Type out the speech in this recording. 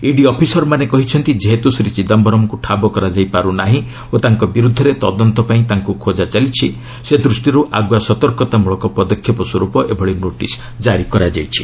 ED ଅଫିସରମାନେ କହିଛନ୍ତି ଯେହେତୁ ଶ୍ରୀ ଚିଦାୟରମ୍ଙ୍କୁ ଠାବ କରାଯାଇପାରୁ ନାହିଁ ଓ ତାଙ୍କ ବିରୁଦ୍ଧରେ ତଦନ୍ତ ପାଇଁ ତାଙ୍କୁ ଖୋଜା ଚାଲିଛି ସେଦୃଷ୍ଟିରୁ ଆଗୁଆ ସତର୍କତାମୂଳକ ପଦକ୍ଷେପ ସ୍ୱର୍ପ ଏଭଳି ନୋଟିସ୍ କାରି କରାଯାଇଛି